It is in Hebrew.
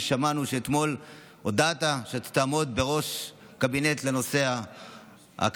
שמענו שאתמול הודעת שאתה תעמוד בראש הקבינט לנושא הכלכלי-החברתי.